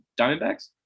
Diamondbacks